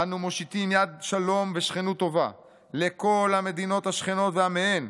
"אנו מושיטים יד שלום ושכנות טובה לכל המדינות השכנות ועמיהן,